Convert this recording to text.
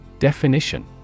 Definition